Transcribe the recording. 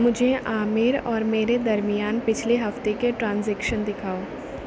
مجھے عامر اور میرے درمیان پچھلے ہفتے کے ٹرانزیکشن دکھاؤ